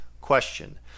question